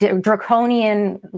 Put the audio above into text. draconian